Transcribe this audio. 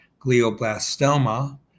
glioblastoma